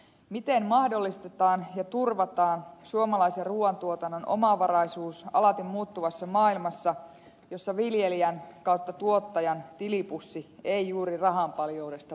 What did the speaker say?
miten mahdollistetaan ja turvataan suomalaisen ruuantuotannon omavaraisuus alati muuttuvassa maailmassa jossa tuottajan tilipussi ei juuri rahanpaljoudesta pullistele